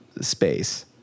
space